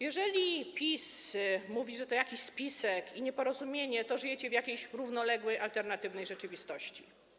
Jeżeli PiS mówi, że to jakiś spisek i nieporozumienie, to żyjecie w jakiejś równoległej, alternatywnej rzeczywistości.